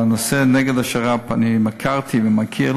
נגד השר"פ הכרתי ואני מכיר.